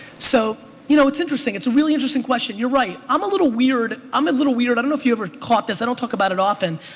so you know, it's interesting. it's really interesting question. you're right, i'm a little weird i'm a little weird i don't know if you ever caught this, i don't talk about it often,